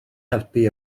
helpu